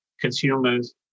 consumers